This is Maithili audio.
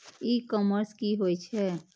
ई कॉमर्स की होए छै?